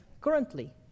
currently